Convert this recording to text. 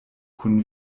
kun